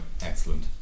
excellent